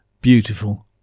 beautiful